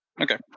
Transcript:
okay